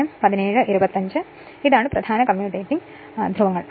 അതിനാൽ ഇതാണ് പ്രധാന കംമ്യുട്ടേറ്റിങ് ധ്രുവങ്ങൾ